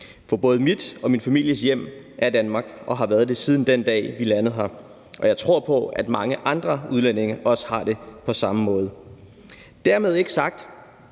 For både mit og min families hjem er Danmark, og det har det været siden den dag, vi landede her, og jeg tror på, at mange andre udlændinge har det på samme måde. Dermed ikke sagt,